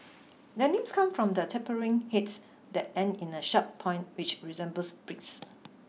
their names comes from their tapering heads that end in a sharp point which resembles beaks